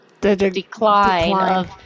decline